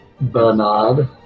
Bernard